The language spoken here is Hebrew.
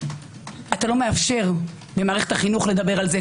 אתה לא מאפשר במערכת החינוך לדבר על זה.